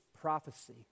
prophecy